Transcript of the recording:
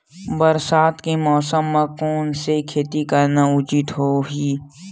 बरसात के मौसम म कोन से खेती करना उचित होही?